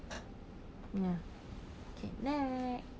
ya okay next